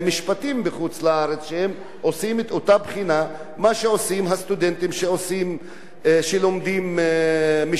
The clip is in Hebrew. והם עושים את אותה בחינה שעושים הסטודנטים שלומדים משפטים במדינת ישראל,